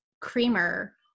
creamer